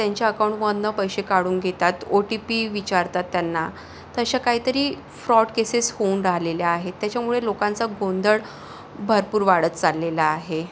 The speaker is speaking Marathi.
त्यांच्या अकाउंटमधून पैसे काढून घेतात ओ टी पी विचारतात त्यांना तर अशा काहीतरी फ्रॉड केसेस होऊन राहिलेल्या आहेत त्याच्यामुळे लोकांचा गोंधळ भरपूर वाढत चाललेला आहे